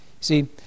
See